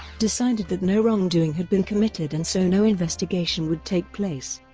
decided that no wrongdoing had been committed and so no investigation would take place.